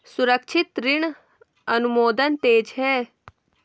सुरक्षित ऋण अनुमोदन तेज है